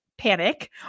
panic